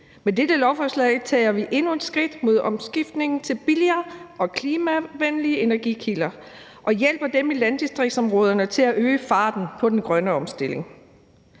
Med dette lovforslag tager vi endnu et skridt mod omstillingen til billigere og mere klimavenlige energikilder og hjælper dem i landdistriktsområderne til at øge farten på den grønne omstilling.